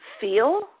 feel